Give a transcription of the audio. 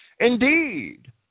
Indeed